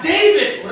David